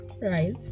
right